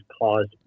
caused